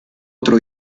otro